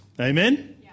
Amen